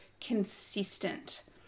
consistent